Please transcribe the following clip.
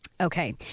Okay